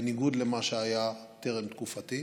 בניגוד למה שהיה טרם תקופתי,